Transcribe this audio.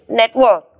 network